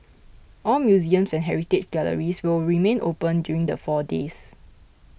all museums and heritage galleries will remain open during the four days